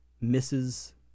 misses